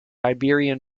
iberian